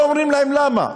לא אומרים להם למה.